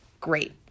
Great